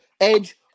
Edge